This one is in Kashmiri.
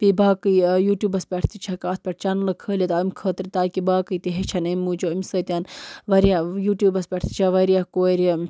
بیٚیہِ باقٕے یوٗٹیوٗبَس پٮ۪ٹھ تہِ چھِ ہٮ۪کان اَتھ پٮ۪ٹھ چَنلہٕ کھٲلِتھ اَمہِ خٲطرٕ تاکہِ باقٕے تہِ ہیٚچھَن اَمہِ موٗجوٗب أمۍ سۭتۍ واریاہ یوٗٹیوٗبَس پٮ۪ٹھ تہِ چھےٚ واریاہ کورِ